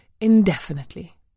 indefinitely